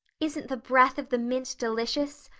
isn't the breath of the mint delicious?